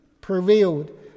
prevailed